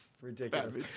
Ridiculous